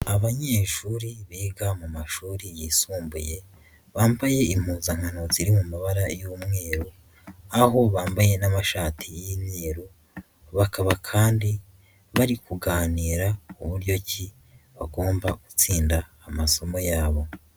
Abanyeshuri biga mu mashuri yisumbuye bambaye impuzankano ziri mu mabara y'umweru, aho bambaye n'amashati y'imyeru, bakaba kandi bari kuganira uburyo ki bagomba gutsinda amasomo yabo.